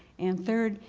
and third,